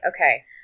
okay